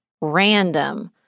random